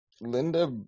Linda